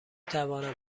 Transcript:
توانم